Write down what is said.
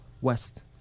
west